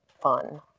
fun